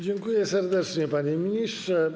Dziękuję serdecznie, panie ministrze.